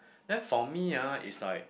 then for me ah is like